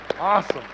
Awesome